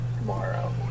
tomorrow